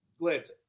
glitz